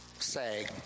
say